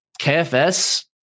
KFS